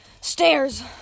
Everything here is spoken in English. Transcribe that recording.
stairs